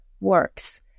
works